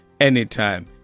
Anytime